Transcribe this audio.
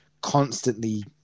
constantly